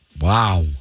Wow